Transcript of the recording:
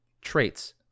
traits